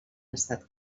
estat